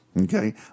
Okay